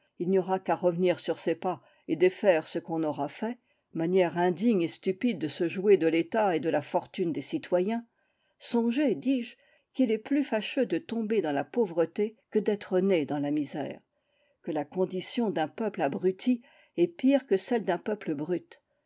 il n'y aura qu'à revenir sur ses pas et défaire ce qu'on aura fait manière indigne et stupide de se jouer de l'état et de la fortune des citoyens songez dis-je qu'il est plus fâcheux de tomber dans la pauvreté que d'être né dans la misère que la condition d'un peuple abruti est pire que celle d'un peuple brute